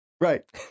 Right